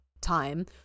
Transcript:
time